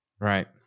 Right